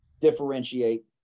differentiate